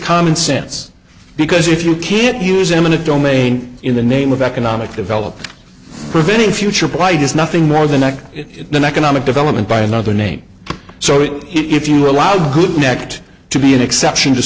common sense because if you can't use eminent domain in the name of economic development preventing future blight is nothing more than that it's an economic development by another name so that if you allow good next to be an exception to